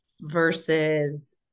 versus